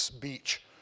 beach